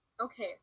Okay